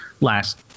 last